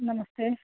नमस्ते